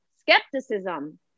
skepticism